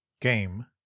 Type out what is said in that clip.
Game